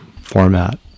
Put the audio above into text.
format